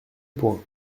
point